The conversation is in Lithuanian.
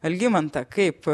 algimantą kaip